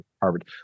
Harvard